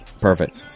Perfect